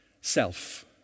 Self